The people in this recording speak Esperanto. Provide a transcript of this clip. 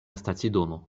stacidomo